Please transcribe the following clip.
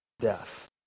death